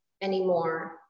anymore